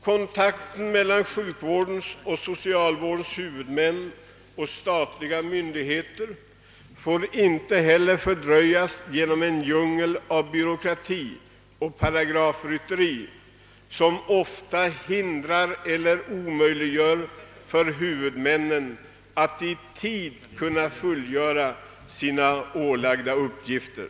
Kontakten mellan sjukvårdens och socialvårdens huvudmän och statliga myndigheter får inte heller fördröjas genom en djungel av byråkrati och paragrafrytteri, som ofta hindrar eller omöjliggör för huvudmännen att i tid kunna fullfölja sina ålagda uppgifter.